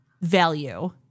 value